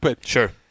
Sure